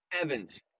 Evans